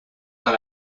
dans